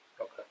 Okay